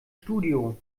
studio